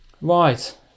Right